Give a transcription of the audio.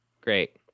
Great